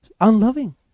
unloving